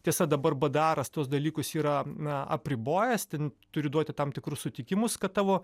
tiesa dabar bdras tuos dalykus yra apribojęs ten turi duoti tam tikrus sutikimus kad tavo